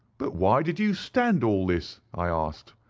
but why did you stand all this i asked.